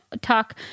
talk